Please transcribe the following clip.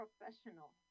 professional